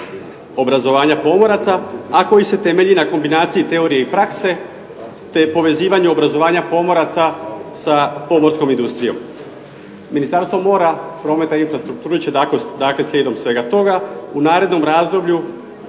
obrazovanja pomoraca, a koji se temelji na kombinaciji teorije i prakse te povezivanju obrazovanja pomoraca sa pomorskom industrijom. Ministarstvo mora, prometa i infrastrukture će dakle slijedom svega toga u narednom razdoblju,